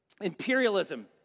imperialism